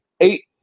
eight